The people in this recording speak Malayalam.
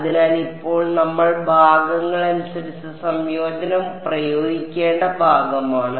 അതിനാൽ ഇപ്പോൾ നമ്മൾ ഭാഗങ്ങൾ അനുസരിച്ച് സംയോജനം പ്രയോഗിക്കേണ്ട ഭാഗമാണ്